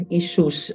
issues